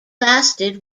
lasted